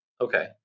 Okay